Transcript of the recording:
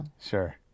Sure